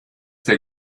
der